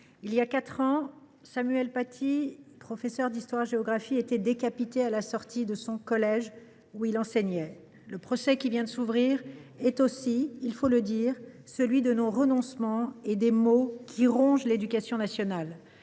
il y a quatre ans, Samuel Paty, professeur d’histoire géographie, a été décapité à la sortie du collège où il enseignait. Le procès qui vient de s’ouvrir est également, il faut le dire, celui de nos renoncements et des maux qui rongent l’éducation nationale